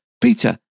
Peter